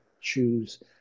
choose